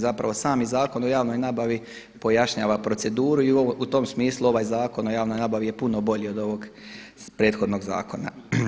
Zapravo sami zakon o javnoj nabavi pojašnjava proceduru i u tom smislu ovaj Zakon o javnoj nabavi je puno bolji od ovog prethodnog zakona.